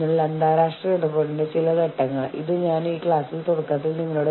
യൂണിയനെ അതിന്റെ അവകാശം നേടുന്നതിന് സഹായിക്കുന്ന ഒന്നാണ് യൂണിയൻ പരാതി നടപടിക്രമങ്ങൾ